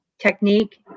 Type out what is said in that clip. Technique